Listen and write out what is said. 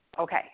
okay